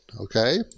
Okay